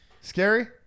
Scary